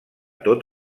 tot